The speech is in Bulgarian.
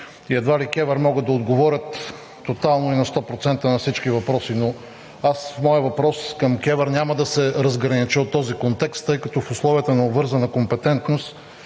и едва ли КЕВР могат да отговорят тотално и на сто процента на всички въпроси. В моя въпрос към КЕВР няма да се разгранича от този контекст, тъй като в условията на обвързана компетентност